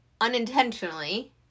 Unintentionally